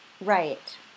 Right